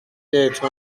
être